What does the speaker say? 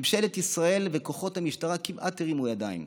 ממשלת ישראל וכוחות המשטרה כמעט הרימו ידיים.